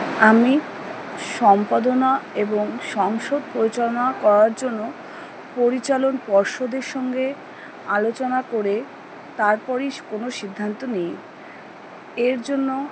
আমি সম্পাদনা এবং সংসদ পরিচালনা করার জন্য পরিচালন পর্ষদের সঙ্গে আলোচনা করে তারপরই কোনো সিদ্ধান্ত নিই এর জন্য